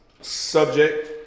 subject